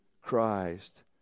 Christ